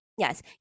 Yes